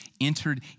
entered